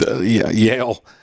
Yale